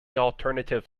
alternative